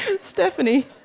Stephanie